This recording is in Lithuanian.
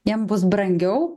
jiem bus brangiau